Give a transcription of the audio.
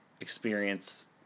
experience